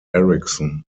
ericsson